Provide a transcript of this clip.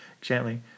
gently